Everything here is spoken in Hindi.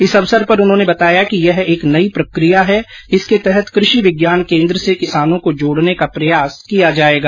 इस अवसर पर उन्होंने बताया कि यह एक नई प्रक्रिया है इसके तहत कृषि विज्ञान केंद्र से किसानों को जोडने का प्रयास किया जाएगा